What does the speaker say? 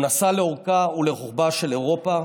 הוא נסע לאורכה ולרוחבה של אירופה,